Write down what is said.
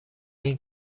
این